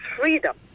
freedom